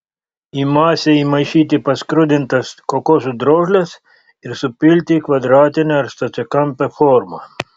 į masę įmaišyti paskrudintas kokosų drožles ir supilti į kvadratinę ar stačiakampę formą